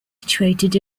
situated